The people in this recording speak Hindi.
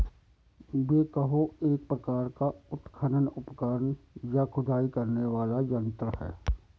बेकहो एक प्रकार का उत्खनन उपकरण, या खुदाई करने वाला यंत्र है